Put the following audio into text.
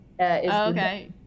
okay